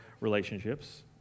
relationships